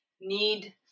need